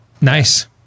Nice